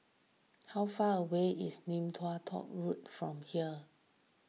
how far away is Lim Tua Tow Road from here